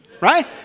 right